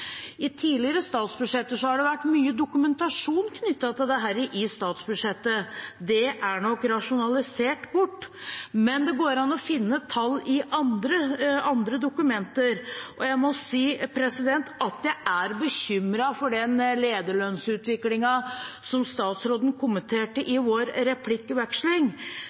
I tidligere statsbudsjetter har det vært mye dokumentasjon knyttet til dette – i statsbudsjettet. Det er nok rasjonalisert bort. Men det går an å finne tall i andre dokumenter, og jeg må si at jeg er bekymret for den lederlønnsutviklingen som statsråden kommenterte i vår replikkveksling.